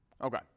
Okay